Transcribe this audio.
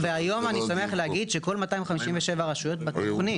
והיום אני שמח להגיד שכל 257 הרשויות בתוכנית.